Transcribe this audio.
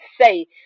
say